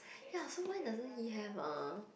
ya so why doesn't he have ah